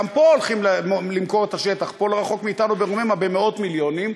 גם פה הולכים למכור את השטח לא רחוק מאתנו ברוממה במאות מיליונים,